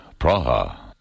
Praha